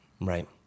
Right